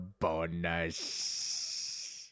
bonus